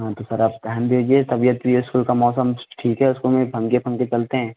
हाँ तो सर आप ध्यान दीजिए तबीयत की स्कूल का मौसम ठीक है स्कूल में पंखे वंखे चलते है